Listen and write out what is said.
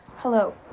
Hello